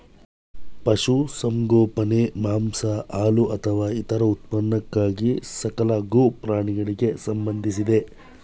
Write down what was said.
ಪಶುಸಂಗೋಪನೆ ಮಾಂಸ ಹಾಲು ಅಥವಾ ಇತರ ಉತ್ಪನ್ನಕ್ಕಾಗಿ ಸಾಕಲಾಗೊ ಪ್ರಾಣಿಗಳಿಗೆ ಸಂಬಂಧಿಸಿದೆ